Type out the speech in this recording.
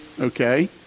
okay